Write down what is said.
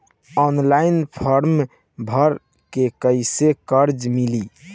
Online form भर के कैसे कर्जा मिली?